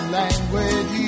language